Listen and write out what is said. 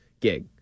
gig